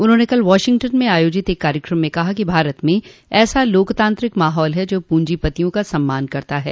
उन्होंने कल वॉशिंगटन में आयोजित एक कार्यक्रम में कहा कि भारत में ऐसा लोकतांत्रिक माहौल है जो पूंजीपतियों का सम्मान करता है